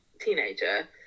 teenager